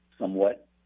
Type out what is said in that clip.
somewhat